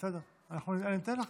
אני אתן גם